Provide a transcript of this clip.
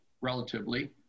relatively